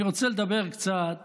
אני רוצה לדבר קצת